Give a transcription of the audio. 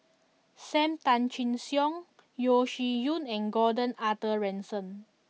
Sam Tan Chin Siong Yeo Shih Yun and Gordon Arthur Ransome